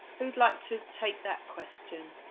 who would like to take that question?